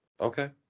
Okay